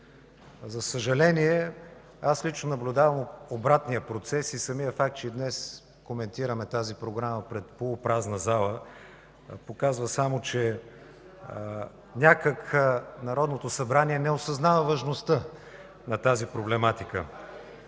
За съжаление, аз лично наблюдавам обратния процес. Самият факт, че днес коментираме тази програма пред полупразна зала, показва само, че някак Народното събрание не осъзнава важността на тази проблематика.